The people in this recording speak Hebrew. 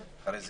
אחר כך יש